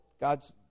God's